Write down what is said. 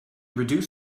reduce